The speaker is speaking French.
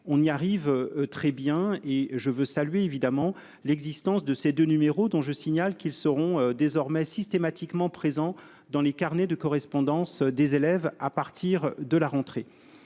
on y arrive très bien et je veux saluer évidemment l'existence de ces deux numéros, dont je signale qu'ils seront désormais systématiquement présents dans les carnets de correspondance des élèves à partir de la rentrée,